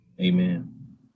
Amen